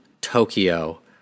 Tokyo